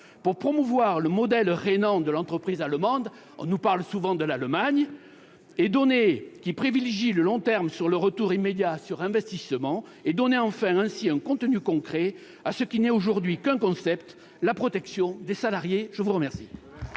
pour promouvoir le modèle rhénan de l'entreprise allemande-on nous parle souvent de l'Allemagne !-, qui privilégie le long terme plutôt que le retour immédiat sur investissement, et donner ainsi enfin un contenu concret à ce qui n'est aujourd'hui qu'un concept : la protection des salariés ? La parole